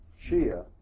Shia